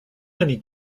many